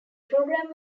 program